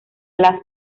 las